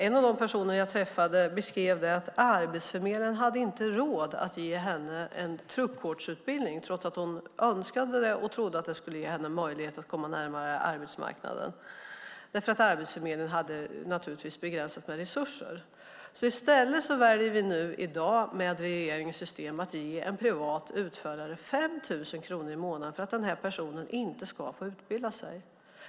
En av de personer som jag träffade beskrev det som att Arbetsförmedlingen inte hade råd att ge henne en truckkortsutbildning trots att hon önskade det och trodde att det skulle ge henne möjlighet att komma närmare arbetsmarknaden därför att Arbetsförmedlingen naturligtvis hade begränsade resurser. I stället väljer vi i dag med regeringens system att ge en privat utförare 5 000 kronor i månaden för att denna person inte ska få utbilda sig.